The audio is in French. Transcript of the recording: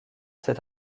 cet